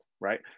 Right